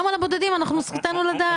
גם על הבודדים זכותנו לדעת.